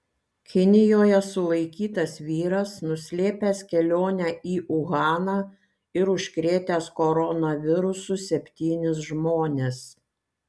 kinijoje sulaikytas vyras nuslėpęs kelionę į uhaną ir užkrėtęs koronavirusu septynis žmones